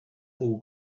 all